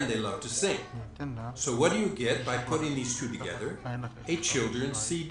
(הקרנת סרטון) אנחנו בוחנים אם פעילות העמותה כרוכה בהפרת חוקי המדינה.